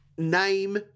name